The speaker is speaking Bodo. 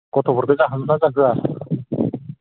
गथ'फोरखौ जाहोगोन ना जाहोया